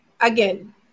Again